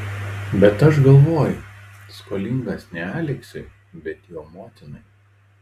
bet aš galvoju skolingas ne aleksiui bet jo motinai